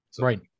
right